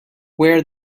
where